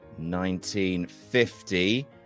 1950